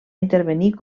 intervenir